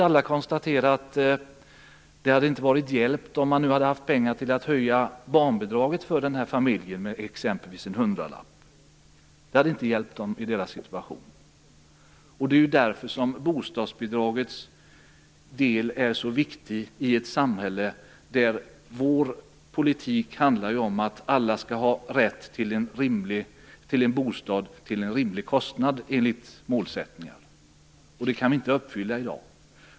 Alla kan konstatera att denna familj inte hade blivit hjälpt om man hade haft pengar att höja barnbidraget med t.ex. en hundralapp. Det är därför som bostadsbidragen är så viktiga i ett samhälle där vår politik handlar om att alla skall ha rätt till en bostad till en rimlig kostnad. Det kan vi inte uppfylla i dag.